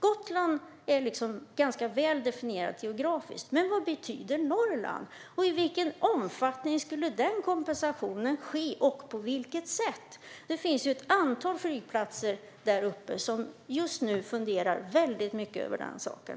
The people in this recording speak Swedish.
Gotland är väl definierat geografiskt, men vad betyder Norrland? I vilken omfattning skulle den kompensationen ske och på vilket sätt? Det finns ett antal flygplatser där man funderar mycket över den saken.